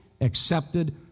accepted